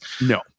No